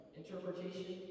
interpretation